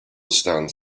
stands